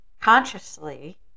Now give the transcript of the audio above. consciously